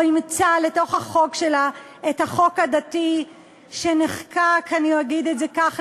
או אימצה לתוך החוק שלה את החוק הדתי שנחקק אגיד את זה כך,